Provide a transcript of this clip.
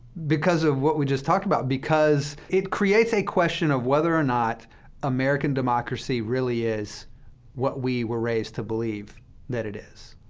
because of what we just talked about. because, it creates a question of whether or not american democracy really is what we were raised to believe that it is.